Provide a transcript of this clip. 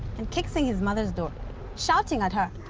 and kicks in his mother's door shouting at her.